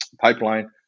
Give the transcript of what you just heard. pipeline